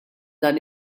dan